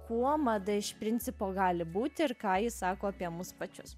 kuo mada iš principo gali būti ir ką ji sako apie mus pačius